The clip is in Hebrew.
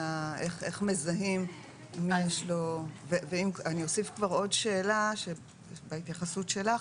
איך מזהים ואני אוסיף עוד שאלה בהתייחסות שלך,